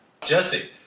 Jesse